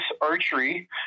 archery